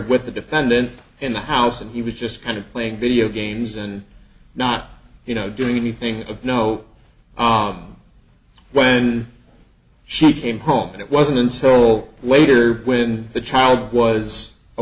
with the defendant in the house and he was just kind of playing video games and not you know doing anything of no odd when she came home and it wasn't until later when the child was